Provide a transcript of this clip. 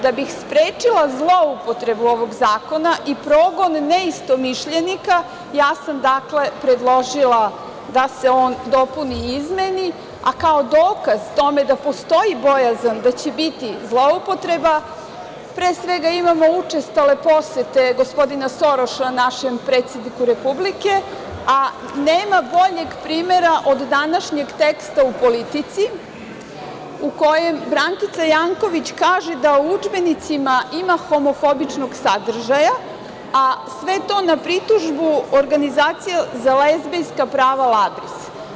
Da bih sprečila zloupotrebu ovog zakona i progon neistomišljenika, ja sam predložila da se on dopuni i izmeni, a kao dokaz o tome da postoji bojazan da će biti zloupotreba pre svega imamo učestale posete gospodina Soroša našem predsedniku Republike, a nema boljeg primera od današnjeg teksta u „Politici“, u kojem Brankica Janković kaže da u udžbenicima ima homofobičnog sadržaja, a sve to na pritužbu Organizacije za lezbejska prava „Labris“